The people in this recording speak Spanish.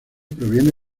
proviene